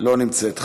לא נמצאת,